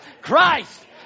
Christ